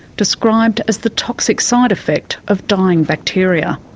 described as the toxic side effects of dying bacteria.